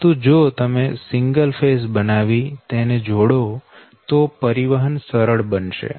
પરંતુ જો તમે સિંગલ ફેઝ બનાવી તેને જોડો તો પરિવહન સરળ બનશે